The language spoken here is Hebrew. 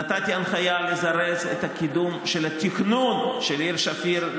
נתתי הנחיה לזרז את הקידום של התכנון של העיר שפיר.